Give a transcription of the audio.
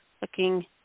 looking